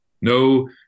no